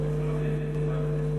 זחאלקה,